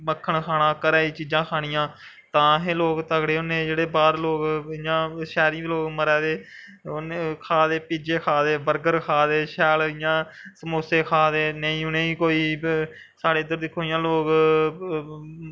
मक्खन खाना घरै दियां चीजां खानियां तां अस लोग तगड़े होन्ने बाह्र लोग शैह्री लोग मता दे पिज्जे खा दे बर्गर खा'रदे इ'यां समोसे खा दे नी उ'नें गी साढ़े इद्धर दिक्खो इ'यां लोग